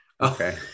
Okay